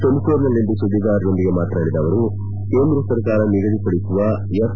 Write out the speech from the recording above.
ತುಮಕೂರಿನಲ್ಲಿಂದು ಸುದ್ದಿಗಾರರೊಂದಿಗೆ ಮಾತನಾಡಿದ ಅವರು ಕೇಂದ್ರ ಸರ್ಕಾರ ನಿಗದಿಪಡಿಸುವ ಎಫ್